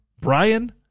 Brian